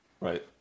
Right